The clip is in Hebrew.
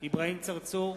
אברהים צרצור,